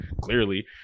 clearly